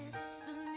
still